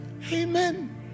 amen